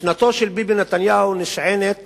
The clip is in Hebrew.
משנתו של ביבי נתניהו נשענת